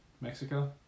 Mexico